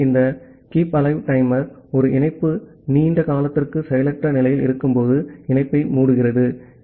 ஆகவே இந்த keep alive timer ஒரு இணைப்பு நீண்ட காலத்திற்கு செயலற்ற நிலையில் இருக்கும்போது இணைப்பை மூடுகிறது